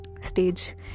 stage